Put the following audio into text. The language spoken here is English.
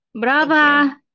brava